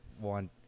one